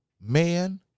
man